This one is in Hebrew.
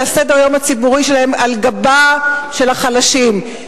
סדר-היום הציבורי שלה על גבם של החלשים.